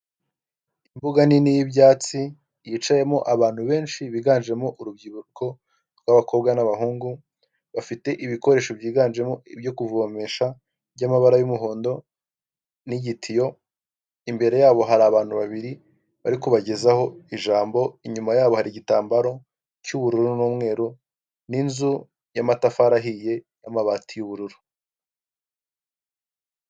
Umuhanda ni igikorwaremezo gifasha abantu bose mu buzima bwabo bwa buri munsi turavuga abamotari, imodoka ndetse n'abandi bantu bawukoresha mu buryo busanzwe burabafasha mu bikorwa byabo bya buri munsi.